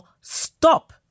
stop